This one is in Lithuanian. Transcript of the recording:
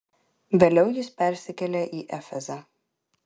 vėliau jis persikėlė į efezą